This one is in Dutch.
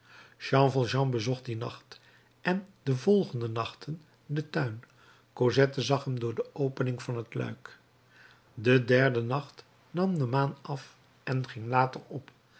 jean valjean bezocht dien nacht en de twee volgende nachten den tuin cosette zag hem door de opening van het luik den derden nacht nam de maan af en ging later op